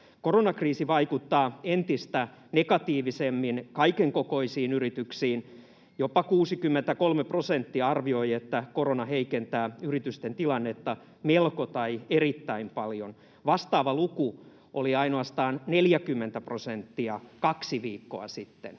Koronakriisi vaikuttaa entistä negatiivisemmin kaikenkokoisiin yrityksiin. Jopa 63 prosenttia arvioi, että korona heikentää yritysten tilannetta melko tai erittäin paljon, vastaava luku oli ainoastaan 40 prosenttia kaksi viikkoa sitten.